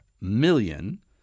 million